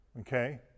Okay